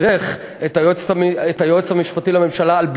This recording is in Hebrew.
תשאל את המעסיקים כמה, זה ההבדל ביני